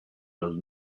los